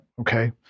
Okay